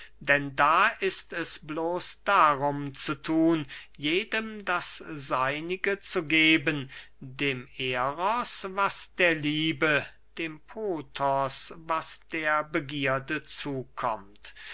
denn da ist es bloß darum zu thun jedem das seinige zu geben dem eros was der liebe dem pothos was der begierde zukommt